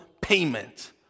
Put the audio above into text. payment